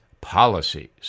policies